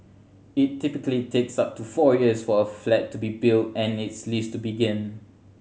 it typically takes up to four years for a flat to be built and its lease to begin